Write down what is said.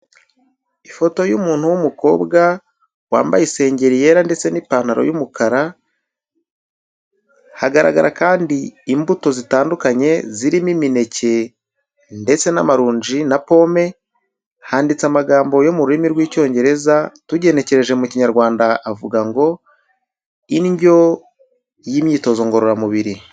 Ifoto y'umuntu w'umukobwa wambaye isengeri yera ndetse n'ipantaro y'umukara, hagaragara kandi imbuto zitandukanye zirimo imineke ndetse n'amaronji na pome, handitse amagambo yo mu rurimi rw'Icyongereza, tugenekereje mu Kinyarwanda avuga ngo indyo y'imyitozo ngororamubiri.